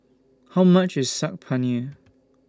How much IS Saag Paneer